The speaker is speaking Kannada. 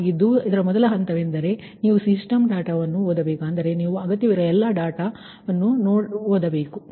ಆದ್ದರಿಂದ ಮೊದಲ ಹಂತವೆಂದರೆ ನೀವು ಸಿಸ್ಟಮ್ ಡೇಟಾವನ್ನು ಓದಬೇಕು ಅಂದರೆ ನೀವು ಅಗತ್ಯವಿರುವ ಎಲ್ಲಾ ಡೇಟಾವನ್ನುಯಾವುದೇ ಡೇಟಾ ಬೇಕಾದರೂ ನೀವು ಓದಬೇಕು